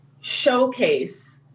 showcase